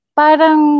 parang